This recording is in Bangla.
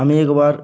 আমি একবার